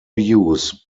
use